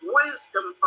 wisdom